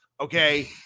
okay